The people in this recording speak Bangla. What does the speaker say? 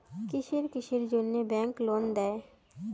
কিসের কিসের জন্যে ব্যাংক লোন দেয়?